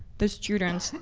the students,